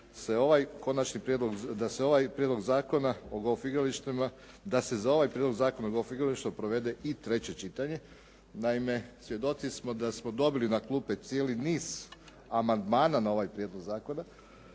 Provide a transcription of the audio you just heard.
da se ovaj Prijedlog zakona o golf igralištima, da se za ovaj Prijedlog zakona o golf igralištima provede i treće čitanje. Naime svjedoci smo da smo dobili na klupe cijeli niz amandmana na ovaj prijedlog zakona,